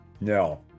no